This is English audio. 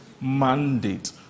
mandate